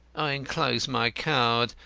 i enclose my card,